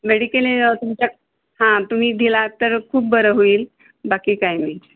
मेडिकिलेन तुमच्या हां तुम्ही दिला तर खूप बरं होईल बाकी काय नाही